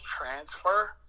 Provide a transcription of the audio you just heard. transfer